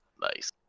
nice